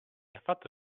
affatto